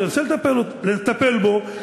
תנסה לטפל בו.